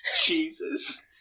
Jesus